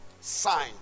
sign